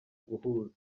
guhuza